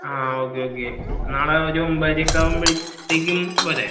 ആ okay okay നാളെ ഒരു ഒമ്പതരയൊക്കെ ആകുമ്പോഴത്തേക്കും പോരേ